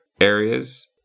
areas